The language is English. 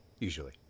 usually